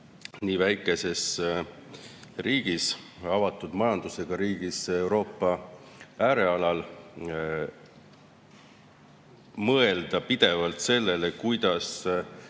nii väikeses ja avatud majandusega riigis Euroopa äärealal, mõelda pidevalt sellele, kuidas